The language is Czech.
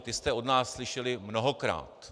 Ty jste od nás slyšeli mnohokrát.